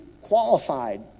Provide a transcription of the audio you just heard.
qualified